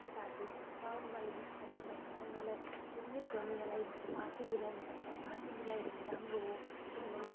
केटाहरूले सिक्छ उनीहरूले जिस्काउनु हुँदैन उनीहरूलाई रेप गर्नेहरूलाई फाँसी दिलाउनुपर्छ फाँसी दिलायो भने राम्रो हो किनभने